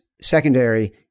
secondary